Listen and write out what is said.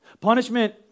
Punishment